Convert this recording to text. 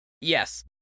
Yes